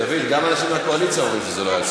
דוד, גם אנשים מהקואליציה אומרים שזה לא היה על